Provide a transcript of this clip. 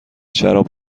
شراب